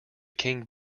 king